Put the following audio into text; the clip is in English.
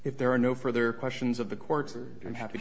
if there are no further questions of the courts are happy